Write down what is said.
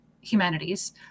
humanities